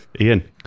Ian